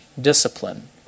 discipline